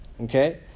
Okay